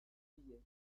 billet